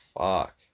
fuck